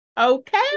Okay